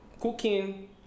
cooking